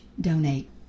donate